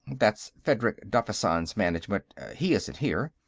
that's fedrig daffysan's management he isn't here,